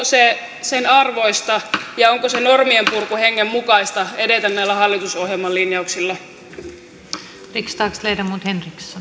se sen arvoista ja onko se normienpurkuhengen mukaista edetä näillä hallitusohjelman linjauksilla